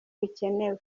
bikenewe